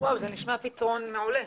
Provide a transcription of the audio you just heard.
זה נשמע פתרון מעולה.